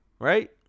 right